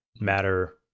matter